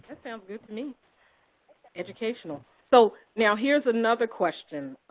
ah sounds good to i mean me-educational. so now, here's another question,